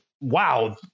Wow